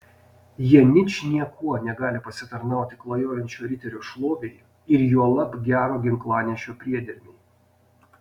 jie ničniekuo negali pasitarnauti klajojančio riterio šlovei ir juolab gero ginklanešio priedermei